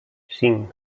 cinc